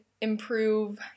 improve